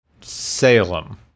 Salem